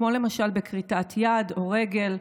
כמו למשל בכריתת יד או רגל,